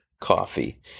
Coffee